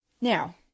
Now